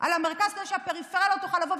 על המרכז כדי שהפריפריה לא תוכל לבוא,